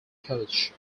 coach